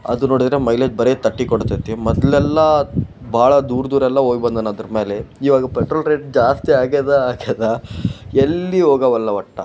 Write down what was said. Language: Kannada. ಅದು ನೋಡಿದರೆ ಮೈಲೇಜ್ ಬರೀ ತರ್ಟಿ ಕೊಡ್ತೈತಿ ಮೊದಲೆಲ್ಲ ಭಾಳ ದೂರ ದೂರೆಲ್ಲ ಹೋಗ್ ಬಂದಾನೆ ಅದ್ರ ಮೇಲೆ ಇವಾಗ ಪೆಟ್ರೋಲ್ ರೇಟ್ ಜಾಸ್ತಿ ಆಗಿದೆ ಆಗಿದೆ ಎಲ್ಲಿ ಹೋಗವಲ್ಲ ಒಟ್ಟು